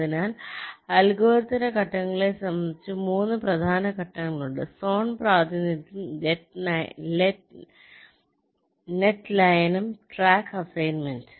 അതിനാൽ അൽഗോരിതത്തിന്റെ ഘട്ടങ്ങളെ സംബന്ധിച്ച് 3 പ്രധാന ഘട്ടങ്ങളുണ്ട് സോൺ പ്രാതിനിധ്യം നെറ്റ് ലയനം ട്രാക്ക് അസൈൻമെന്റ്